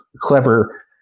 clever